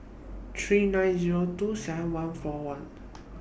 three nine Zero two seven one four one